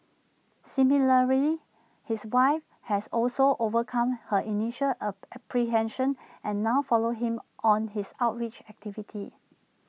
similarly his wife has also overcome her initial ab apprehension and now follows him on his outreach activities